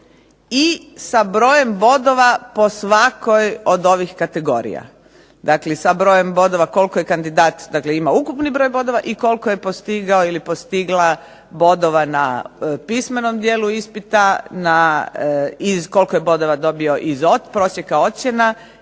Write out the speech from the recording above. i sa brojem bodova po svakoj od ovih kategorija. Dakle, sa brojem bodova koliko kandidat dakle ima ukupni broj bodova i koliko je postigao ili postigla bodova na pismenom dijelu ispita, koliko je bodova dobio iz prosjeka ocjena